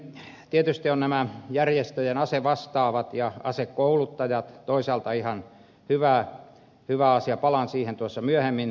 sitten tietysti ovat nämä järjestöjen asevastaavat ja asekouluttajat toisaalta ihan hyvä asia palaan siihen tuossa myöhemmin